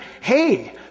Hey